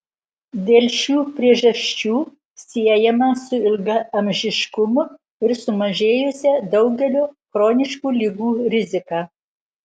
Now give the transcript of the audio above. dėl šių priežasčių siejama su ilgaamžiškumu ir sumažėjusia daugelio chroniškų ligų rizika